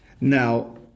Now